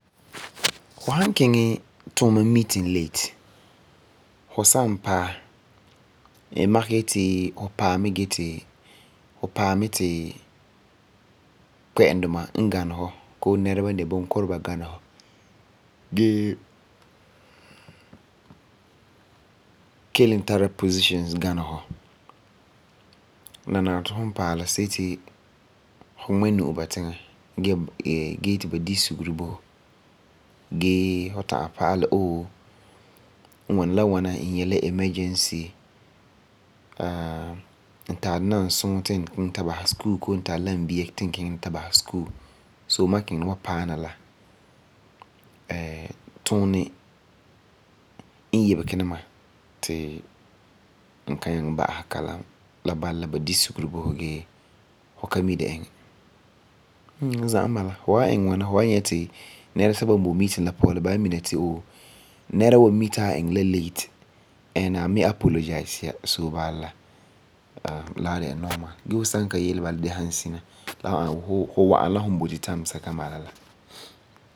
Fu san kiŋɛ yuuma meeting late. Fu san paɛ, n makɛ yeti fu paɛ ti kpɛ'ɛduma n gani fu koo nɛreba n de bunkureba gana fu. La nari ti fu paɛ la la nari ti fu ŋmɛ la nu'o ba tiŋa gee yeti ba di sugeri bo fu. Bala, la ba di sugeri bo fu gee fu ka mi gee iŋɛ gee tuuni n yibege ti ma ka nyaŋɛ wa'am kalam la. za'a n bala, fu wa iŋɛ ŋwana nɛresɛba n boi meeting la puan ba wa mina ti ohh nɛra mi ti a iŋɛ la late and a miŋa apologize ya so bala la was dɛna normal. Gee fu san kabyele bala gee san zina la was ana wuu fu wa'am la fu boti time sɛka bala, la.